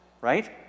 right